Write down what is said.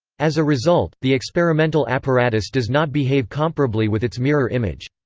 as a result, the experimental apparatus does not behave comparably with its mirror image.